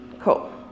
cool